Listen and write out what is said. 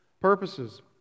purposes